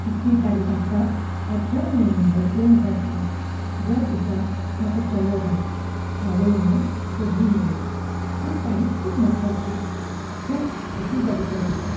तिसरी तारीख आसा अठरा नोव्हेंबर दोन हजार दोन ज्या दिसा म्हाका चलो जालो आवय म्हूण पदवी मेळ्ळी ही तारीख खूब म्हत्वाची खूब खोशी जाली त्या दिसा